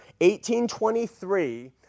1823